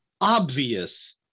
obvious